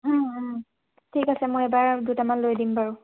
ঠিক আছে মই এবাৰ দুটামান লৈ দিম বাৰু